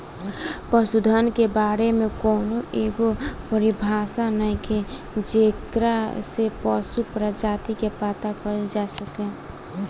पशुधन के बारे में कौनो एगो परिभाषा नइखे जेकरा से पशु प्रजाति के पता कईल जा सके